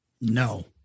No